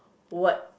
what